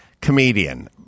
comedian